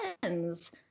friends